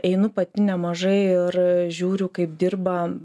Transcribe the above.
einu pati nemažai ir žiūriu kaip dirba